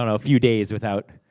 ah a few days without